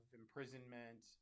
imprisonment